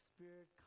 Spirit